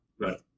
Right